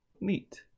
Neat